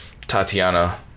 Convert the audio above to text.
Tatiana